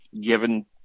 given